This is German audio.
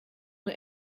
nur